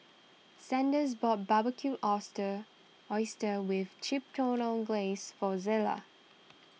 Sanders bought Barbecued Oyster Oysters with Chipotle Glaze for Zela